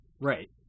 right